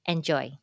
Enjoy